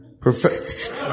Perfect